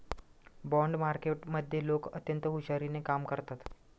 bond मार्केटमधले लोक अत्यंत हुशारीने कामं करतात